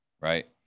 right